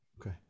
Okay